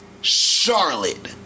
Charlotte